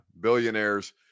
billionaires